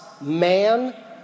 man